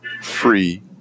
free